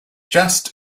just